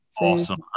awesome